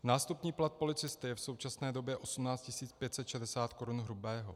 Nástupní plat policisty je v současné době 18 560 korun hrubého.